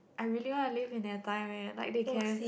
I really want to live in their time eh like they can